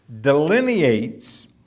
delineates